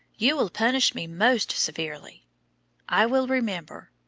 you will punish me most severely i will remember.